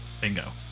bingo